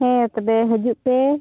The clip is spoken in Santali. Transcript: ᱦᱮᱸ ᱛᱚᱵᱮ ᱦᱤᱡᱩᱜ ᱯᱮ